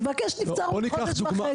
מבקש נבצרות חודש וחצי.